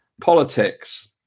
politics